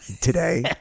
today